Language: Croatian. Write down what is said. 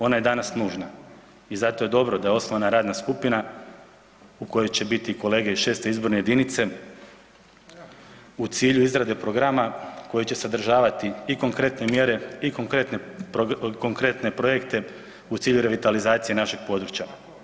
Ona je danas nužna i zato je dobro da je osnovana radna skupina u kojoj će biti kolege iz VI. izborne jedinice u cilju izrade programa koji će sadržavati i konkretne mjere i konkretne projekte u cilju revitalizacije našeg područja.